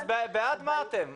אז בעד מה אתם?